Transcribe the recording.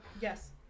Yes